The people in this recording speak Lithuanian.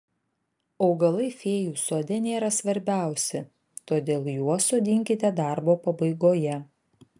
augalai fėjų sode nėra svarbiausi todėl juos sodinkite darbo pabaigoje